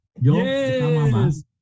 Yes